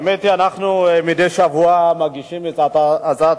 האמת היא שמדי שבוע אנחנו מגישים את הצעת